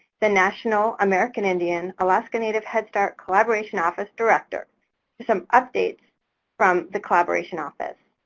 the national american indian alaska native head start collaboration office director for some updates from the collaboration office.